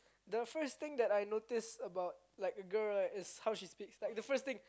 the first thing that I notice about like a girl right is how she speaks like the first thing